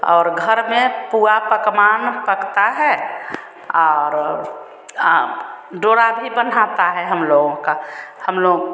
और घर में पूआ पकवान पकता है और डोरा भी बँधाता है हमलोगों का हमलोग